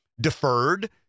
deferred